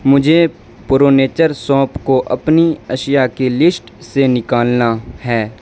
مجھے پرونیچر سونپ کو اپنی اشیاء کی لسٹ سے نکالنا ہے